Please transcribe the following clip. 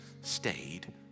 stayed